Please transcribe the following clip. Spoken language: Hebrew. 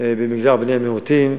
במגזר בני המיעוטים,